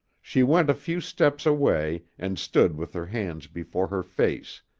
she went a few steps away and stood with her hands before her face,